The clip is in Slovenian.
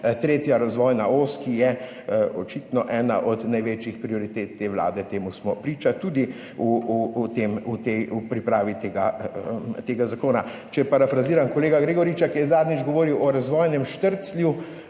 tretja razvojna os, ki je očitno ena od največjih prioritet te vlade, temu smo priča tudi v pripravi tega zakona. Če parafraziram kolega Gregoriča, ki je zadnjič govoril o razvojnem štrclju.